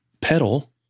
pedal